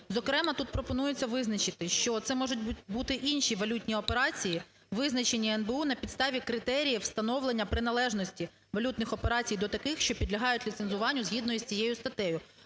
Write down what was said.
Зокрема, тут пропонується визначити, що це можуть бути інші валютні операції, визначені НБУ на підставі критеріїв встановлення приналежності валютних операцій до таких, що підлягають ліцензуванню згідно із цією статтею.